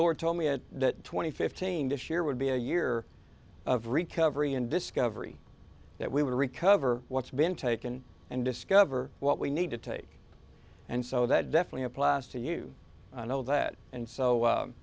lord told me that twenty fifteen this year would be a year of recovery and discovery that we would recover what's been taken and discover what we need to take and so that definitely applies to you know that and so